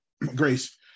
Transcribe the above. Grace